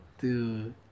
Dude